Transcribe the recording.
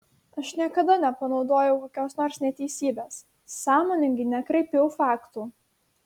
aš niekada nepanaudojau kokios nors neteisybės sąmoningai nekraipiau faktų